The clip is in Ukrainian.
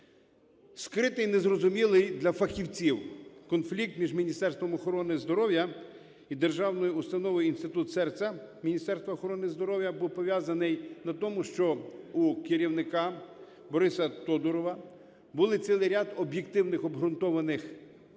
Скритий і незрозумілий для фахівців конфлікт між Міністерством охорони здоров'я і Державною установою Інститут серця Міністерства охорони здоров'я був пов'язаний на тому, що у керівника Бориса Тодурова був цілий ряд об'єктивних, обґрунтованих